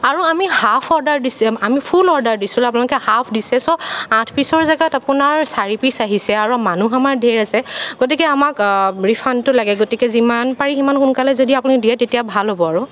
আৰু আমি half order দিছোঁ আমি ফুল অৰ্ডাৰ দিছিলোঁ আপোনালোকে হাফ দিছে চ' আঠপিচৰ জাগাত আপোনাৰ চাৰিপিচ আহিছে আৰু মানুহ আমাৰ ধেৰ আছে গতিকে আমাক ৰিফাণ্ডটো লাগে গতিকে যিমান পাৰি সিমান সোনকালে যদি আপুনি দিয়ে তেতিয়া ভাল হ'ব আৰু